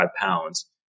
pounds